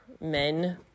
men